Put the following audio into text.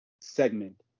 segment